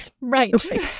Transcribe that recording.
Right